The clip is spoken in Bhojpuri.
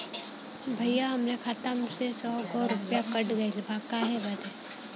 भईया हमरे खाता मे से सौ गो रूपया कट गइल बा काहे बदे?